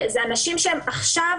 זה אנשים שהם עכשיו